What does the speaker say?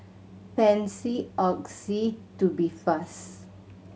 Pansy Oxy Tubifast